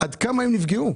עד כמה הקטנים נפגעו.